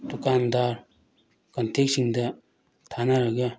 ꯗꯨꯀꯥꯟꯗꯥꯔ ꯀꯟꯇꯦꯛꯁꯤꯡꯗ ꯊꯥꯅꯔꯒ